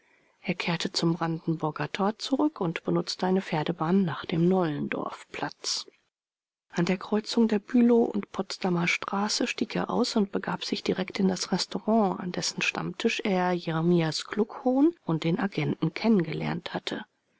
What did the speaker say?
er kehrte zum brandenburger tor zurück und benutzte eine pferdebahn nach dem nollendorfplatz an der kreuzung der bülow und potsdamer straße stieg er aus und begab sich direkt in das restaurant an dessen stammtisch er jeremias kluckhohn und den agenten kennengelernt hatte